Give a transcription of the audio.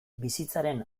bizitzaren